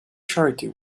charity